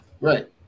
Right